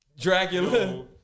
Dracula